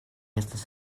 estas